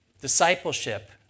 Discipleship